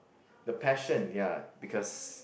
the passion ya because